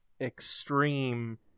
extreme